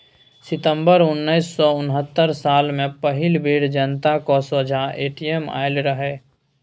सितंबर उन्नैस सय उनहत्तर साल मे पहिल बेर जनताक सोंझाँ ए.टी.एम आएल रहय